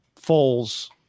Foles